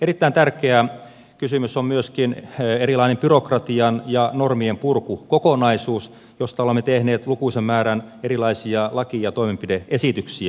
erittäin tärkeä kysymys on myöskin eräänlainen byrokratian ja normien purkukokonaisuus josta olemme tehneet lukuisan määrän erilaisia laki ja toimenpide esityksiä